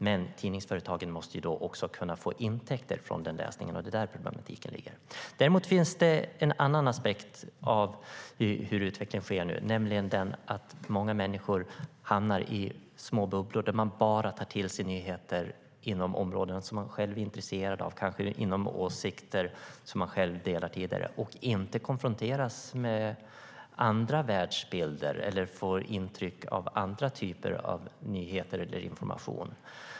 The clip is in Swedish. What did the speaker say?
Men tidningsföretagen måste kunna få intäkter från den läsningen. Det är där problematiken ligger. Det finns också en annan aspekt i hur utvecklingen nu sker. Många människor hamnar i små bubblor där de bara tar till sig nyheter inom områden som de själva är intresserade av och kanske åsikter som de själva delar sedan tidigare och inte konfronteras med andra världsbilder eller får intryck av andra typer av nyheter eller information.